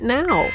now